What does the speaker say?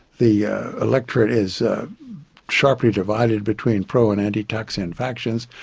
the electorate is sharply divided between pro and anti-thaksin factions.